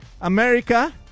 America